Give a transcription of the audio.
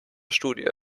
studie